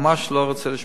ממש לא רוצה לשמוע.